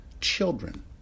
children